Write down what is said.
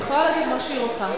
היא יכולה להגיד מה שהיא רוצה.